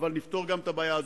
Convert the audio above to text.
אבל נפתור גם את הבעיה הזו.